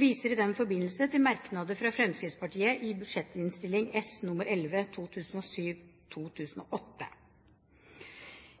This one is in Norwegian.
viser i den forbindelse til merknader fra Fremskrittspartiet i Budsjett-innst. S nr. 11 for 2007–2008.